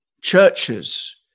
churches